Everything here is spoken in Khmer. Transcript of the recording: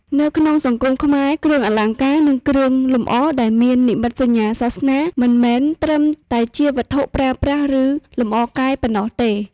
នៅក្នុងសង្គមខ្មែរ គ្រឿងអលង្ការ និងគ្រឿងលម្អដែលមាននិមិត្តសញ្ញាសាសនា មិនមែនត្រឹមតែជាវត្ថុប្រើប្រាស់ ឬលម្អកាយប៉ុណ្ណោះទេ។